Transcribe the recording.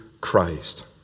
Christ